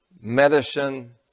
medicine